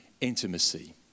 intimacy